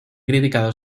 criticado